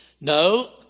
No